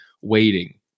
waiting